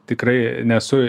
tikrai nesu